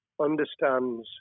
understands